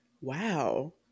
Wow